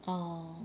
orh